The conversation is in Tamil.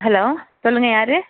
ஹலோ சொல்லுங்கள் யார்